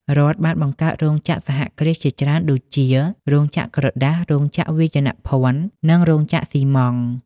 រដ្ឋបានបង្កើតរោងចក្រសហគ្រាសជាច្រើនដូចជា រោងចក្រក្រដាស រោងចក្រវាយនភណ្ឌ និងរោងចក្រស៊ីម៉ងត៍។